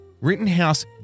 Rittenhouse